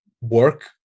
work